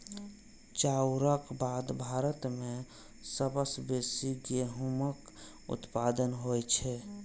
चाउरक बाद भारत मे सबसं बेसी गहूमक उत्पादन होइ छै